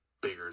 bigger